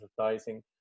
advertising